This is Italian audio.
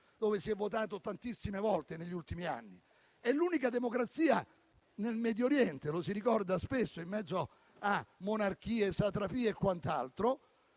dove si è votato tantissime volte negli ultimi anni, e l'unica democrazia nel Medio Oriente, come si ricorda spesso in mezzo a monarchie, satrapie e quant'altro.